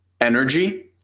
energy